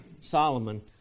Solomon